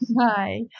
Hi